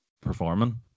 performing